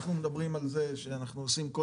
אנחנו מדברים על זה שאנחנו עושים כל